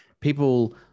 people